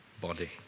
body